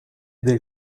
del